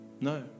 No